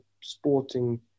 sporting